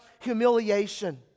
humiliation